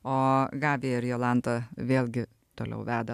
o gabija ir jolanta vėlgi toliau veda